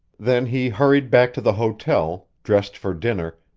then he hurried back to the hotel, dressed for dinner,